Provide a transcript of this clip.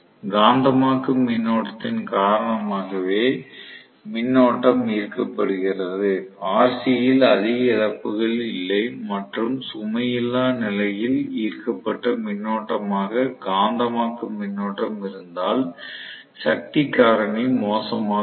காந்தமாக்கும் மின்னோட்டத்தின் காரணமாகவே மின்னோட்டம் ஈர்க்கப்படுகிறது RC ல் அதிக இழப்புகள் இல்லை மற்றும் சுமை இல்லா நிலையில் ஈர்க்கப்பட்ட மின்னோட்டமாக காந்தமாக்கும் மின்னோட்டம் இருந்தால் சக்தி காரணி மோசமாக இருக்கும்